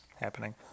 happening